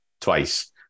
twice